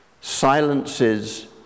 silences